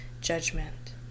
judgment